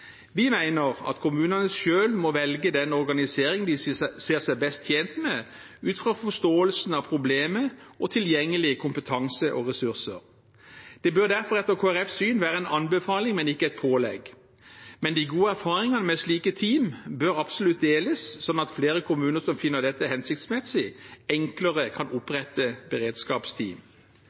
Vi mener at kommunene selv må velge den organiseringen de ser seg best tjent med, ut fra forståelsen av problemet, tilgjengelig kompetanse og tilgjengelige ressurser. Det bør derfor etter Kristelig Folkepartis syn være en anbefaling, men ikke et pålegg. Men de gode erfaringene med slike team bør absolutt deles, slik at flere kommuner som finner det hensiktsmessig, enklere kan opprette beredskapsteam.